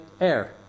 air